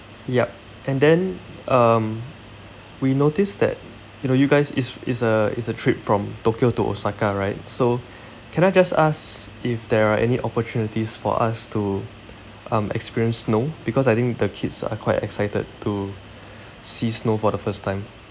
yup and then um we noticed that you know you guys it's it's a it's a trip from tokyo to osaka right so can I just ask if there are any opportunities for us to um experience snow because I think the kids are quite excited to see snow for the first time